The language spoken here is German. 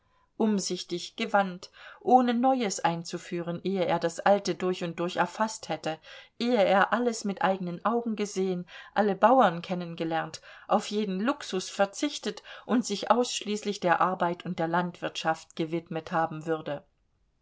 umsichtig gewandt ohne neues einzuführen ehe er das alte durch und durch erfaßt hätte ehe er alles mit eigenen augen gesehen alle bauern kennengelernt auf jeden luxus verzichtet und sich ausschließlich der arbeit und der landwirtschaft gewidmet haben würde